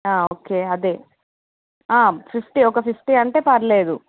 ఒకే అదే ఫిఫ్టీ ఒక ఫిఫ్టీ అంటే పర్లేదు